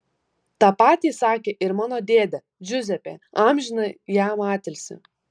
tą patį sakė ir mano dėdė džiuzepė amžiną jam atilsį